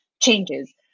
changes